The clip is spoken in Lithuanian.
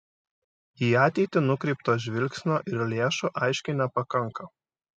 į ateitį nukreipto žvilgsnio ir lėšų aiškiai nepakanka